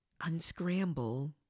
unscramble